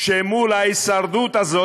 שמול ההישרדות הזאת,